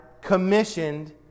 commissioned